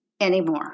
anymore